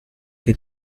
che